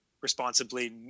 responsibly